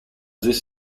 this